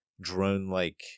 drone-like